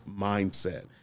mindset